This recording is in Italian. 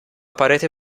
parete